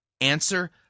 Answer